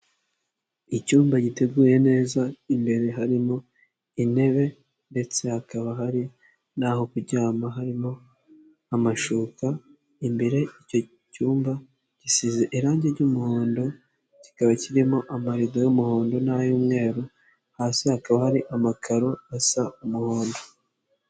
Icyumba giteguye neza imbere harimo intebe, ndetse hakaba hari n'aho kuryama harimo amashuka, imbere icyo cyumba gisize irangi ry'umuhondo kikaba kirimo amarido y'umuhondo n'ay'umweru, hasi hakaba hari amakaro asa umuhondo.